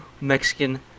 Mexican